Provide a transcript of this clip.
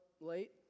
late